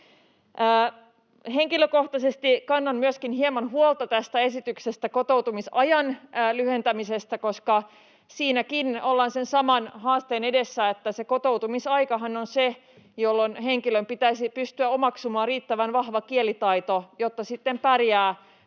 Henkilökohtaisesti myöskin kannan hieman huolta tästä esityksestä kotoutumisajan lyhentämisestä, koska siinäkin ollaan sen saman haasteen edessä, että se kotoutumisaikahan on se, jolloin henkilön pitäisi pystyä omaksumaan riittävän vahva kielitaito, jotta sitten pärjää